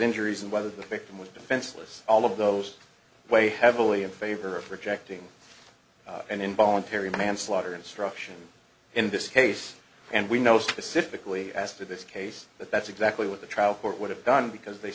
injuries and whether the victim was defenseless all of those weigh heavily in favor of rejecting an involuntary manslaughter instruction in this case and we know specifically as to this case but that's exactly what the trial court would have done because they